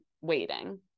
waiting